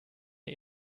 der